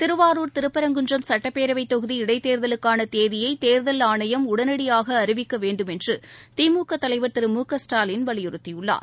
திருவாரூர் திருப்பரங்குன்றம் சட்டப்பேரவைத் தொகுதி இடைத் தேர்தலுக்கானதேதியைதேர்தல் ஆணையம் உடனடியாகஅறிவிக்கவேண்டும் என்றுதிமுகதலைவர் திரு மு க ஸ்டாலின் வலியுறுத்தியுள்ளார்